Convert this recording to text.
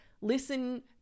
listen